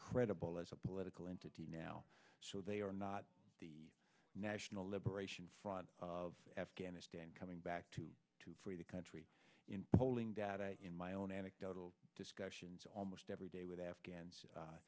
credible as a political entity now so they are not the national liberation front of afghanistan coming back to to free the country in polling data in my own anecdotal discussions almost every day with afghans